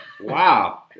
Wow